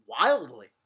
wildly